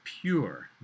pure